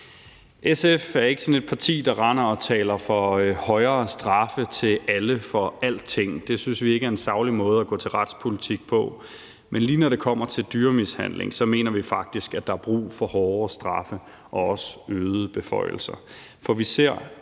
SF er ikke sådan et parti, der render og taler for højere straffe til alle for alting; det synes vi ikke er en saglig måde at gå til retspolitik på. Men lige når det kommer til dyremishandling, mener vi faktisk, at der er brug for hårdere straffe og også øgede beføjelser.